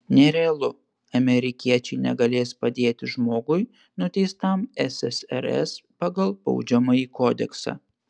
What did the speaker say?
nerealu amerikiečiai negalės padėti žmogui nuteistam ssrs pagal baudžiamąjį kodeksą